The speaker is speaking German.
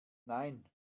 nein